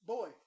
Boy